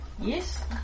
Yes